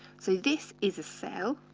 so this is a cell,